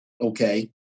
okay